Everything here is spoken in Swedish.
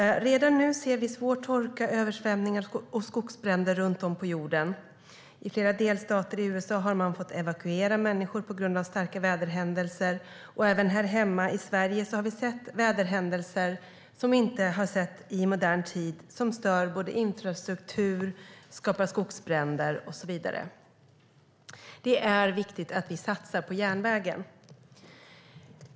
Redan nu ser vi svår torka, översvämningar och skogsbränder runt om på jorden. I flera delstater i USA har man fått evakuera människor på grund av starka väderhändelser. Även här hemma i Sverige har vi sett väderhändelser som vi inte tidigare har sett i modern tid, som stör infrastruktur, skapar skogsbränder och så vidare. Det är viktigt att vi satsar på järnvägen.